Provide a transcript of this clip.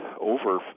over